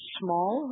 small